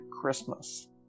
Christmas